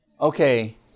Okay